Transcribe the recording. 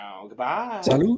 Goodbye